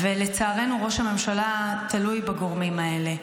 ולצערנו, ראש הממשלה תלוי בגורמים האלה.